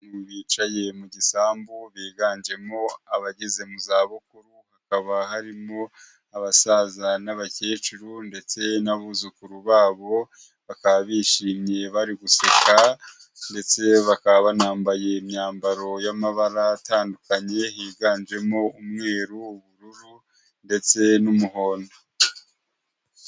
Bicaye mu gisambu biganjemo abageze mu za bukuru, hakaba harimo abasaza n'abakecuru ndetse n'abuzukuru ba bo, bakaba bishimye bari guseka, ndetse bakaba banambaye imyambaro y'amabara atandukanye higanjemo umweru, ubururu ndetse n'umuhondo.